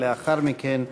לאחר מכן,